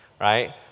right